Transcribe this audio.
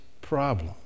problem